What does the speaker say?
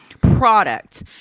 product